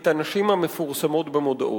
את הנשים המפורסמות במודעות,